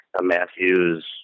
Matthews